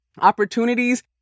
opportunities